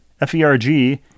F-E-R-G